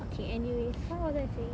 okay anyways what was I saying